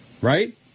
Right